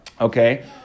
Okay